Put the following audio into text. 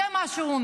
חתיכת